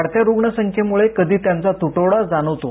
वाढत्या रुग्ण संख्येमुळे कधी त्यांचा तुटवडा जाणवतो